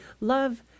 love